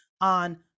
on